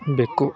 ಬೆಕ್ಕು